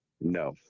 No